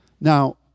Now